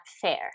fair